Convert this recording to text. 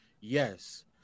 yes